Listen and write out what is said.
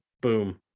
boom